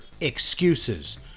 excuses